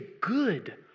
good